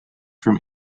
from